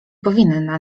powinna